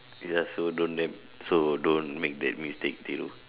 ya so don't them so don't make that mistake till